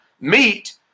meet